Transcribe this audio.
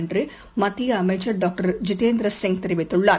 என்றுமத்தியஅமைச்சர் doctor Jitendra Singh தெரிவித்துள்ளார்